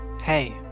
Hey